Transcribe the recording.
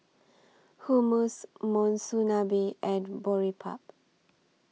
Hummus Monsunabe and Boribap